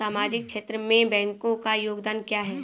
सामाजिक क्षेत्र में बैंकों का योगदान क्या है?